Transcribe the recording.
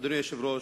אדוני היושב-ראש,